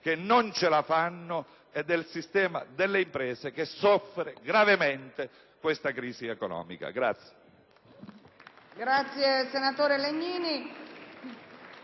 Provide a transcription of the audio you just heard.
che non ce la fanno, e del sistema delle imprese, che soffre gravemente questa crisi economica.